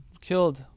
killed